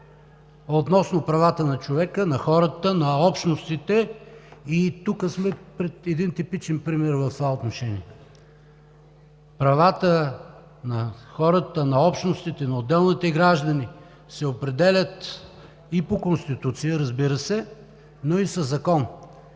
относно правата на човека, на хората, на общностите и тук сме пред един типичен пример в това отношение. Правата на хората, на общностите, на отделните граждани се определят и по Конституция, разбира се, но и със закон.